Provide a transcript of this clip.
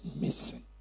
missing